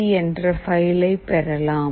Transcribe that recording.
exe என்ற பைலை பெறலாம்